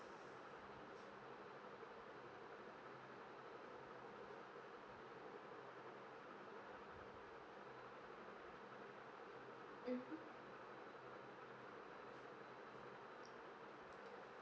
mmhmm